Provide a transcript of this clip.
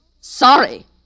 Sorry